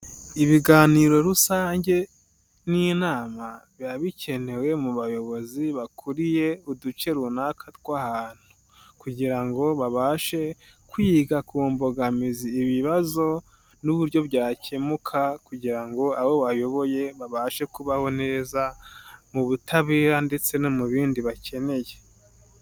Ibiganiro rusange n'inama, biba bikenewe mu bayobozi bakuriye uduce runaka tw'ahantu, kugira ngo babashe kwiga ku mbogamizi, ibibazo, n'uburyo byakemuka, kugira ngo abo bayoboye babashe kubaho neza mu butabera ndetse no mu ibindi bakeneye.